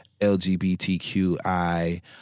LGBTQI